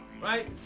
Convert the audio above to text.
Right